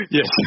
Yes